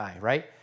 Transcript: right